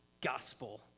gospel